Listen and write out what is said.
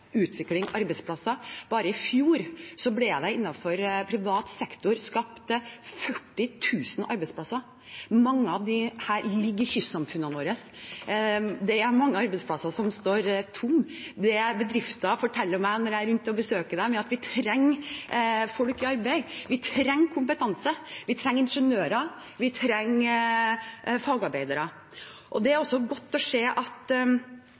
utvikling og arbeidsplasser. Bare i fjor ble det innenfor privat sektor skapt 40 000 arbeidsplasser, og mange av disse ligger i kystsamfunnene våre. Det er mange arbeidsplasser som står tomme. Det bedrifter forteller meg når jeg er rundt og besøker dem, er at vi trenger folk i arbeid, vi trenger kompetanse, vi trenger ingeniører, vi trenger fagarbeidere. Det er også godt å se at